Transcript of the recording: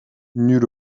nulle